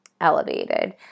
elevated